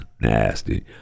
nasty